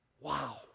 Wow